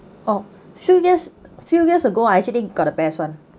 oh few years few years ago I actually got a best one